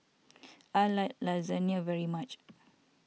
I like Lasagne very much